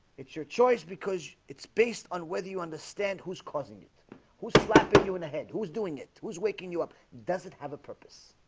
it's your choice because it's based on whether you understand who's causing it who's slapping you in the head who's doing? it was waking you up does it have a purpose?